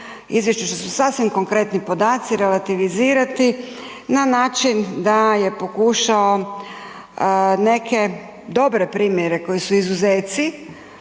izvješćima su sasvim konkretni podaci, relativizirati na način da je pokušao neke dobre primjere koji su izuzeci